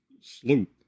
sloop